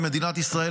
עם מדינת ישראל,